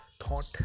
thought